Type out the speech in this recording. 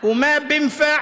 המקום צר,